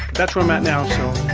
that's where i'm at now so